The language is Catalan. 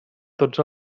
tots